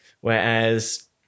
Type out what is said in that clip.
whereas